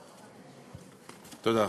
תודה.